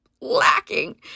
lacking